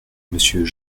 monsieur